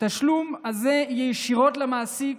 שתשולם ישירות למעסיק,